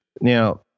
Now